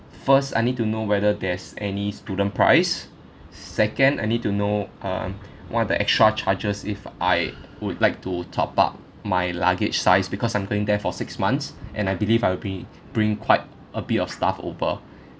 first I need to know whether there's any student price second I need to know um what're the extra charges if I would like to top up my luggage size because I'm going there for six months and I believe I'll be bringing quite a bit of stuff over